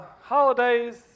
holidays